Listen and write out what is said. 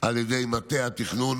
על ידי מטה התכנון